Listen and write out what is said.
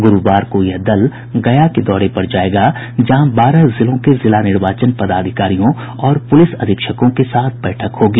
गुरूवार को यह दल गया के दौरे पर जायेगा जहां बारह जिलों के जिला निर्वाचन पदाधिकारियों और पुलिस अधीक्षकों के साथ बैठक होगी